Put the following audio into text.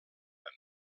and